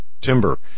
timber